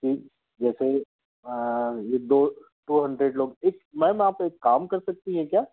कि जैसे ये दो टू हंड्रेड लोग इक मैम आप एक काम कर सकती हैं क्या